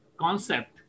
concept